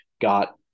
got